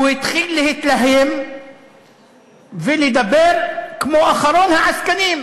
הוא התחיל להתלהם ולדבר כמו אחרון העסקנים.